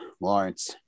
Lawrence